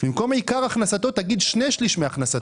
במקום "עיקר הכנסתו" תגיד "שני-שלישים מהכנסתו".